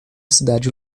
cidade